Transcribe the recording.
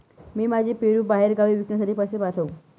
मी माझे पेरू बाहेरगावी विकण्यासाठी कसे पाठवू?